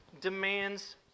demands